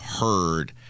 heard